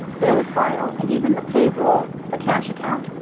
bill file, and even the pay roll the cash account,